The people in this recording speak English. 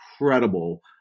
incredible